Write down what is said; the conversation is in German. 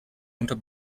unter